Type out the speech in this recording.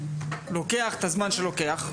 לוקח את הזמן שלוקח,